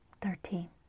Thirteen